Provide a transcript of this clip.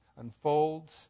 unfolds